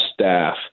staff